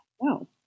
No